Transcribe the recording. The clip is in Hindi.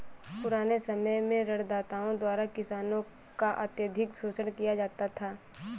पुराने समय में ऋणदाताओं द्वारा किसानों का अत्यधिक शोषण किया जाता था